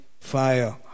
fire